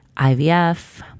IVF